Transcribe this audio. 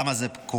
למה זה קורה?